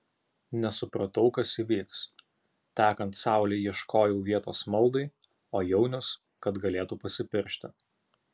nesupratau kas įvyks tekant saulei ieškojau vietos maldai o jaunius kad galėtų pasipiršti